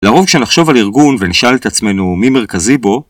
לרוב כשנחשוב על ארגון ונשאל את עצמנו מי מרכזי בו